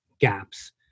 gaps